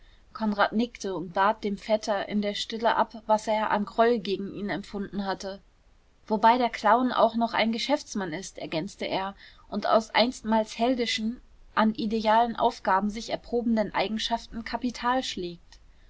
konrad nickte und bat dem vetter in der stille ab was er an groll gegen ihn empfunden hatte wobei der clown auch noch ein geschäftsmann ist ergänzte er und aus einstmals heldischen an idealen aufgaben sich erprobenden eigenschaften kapital schlägt